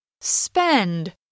Spend